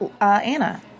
Anna